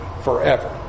forever